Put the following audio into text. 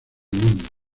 mundo